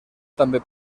també